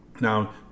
Now